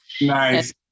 nice